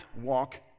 walk